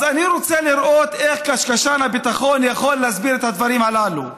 אז אני רוצה לראות איך קשקשן הביטחון יכול להסביר את הדברים הללו.